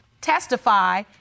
testify